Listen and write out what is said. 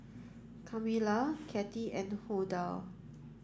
Kamilah Cathie and Huldah